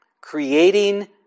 creating